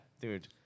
dude